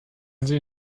sie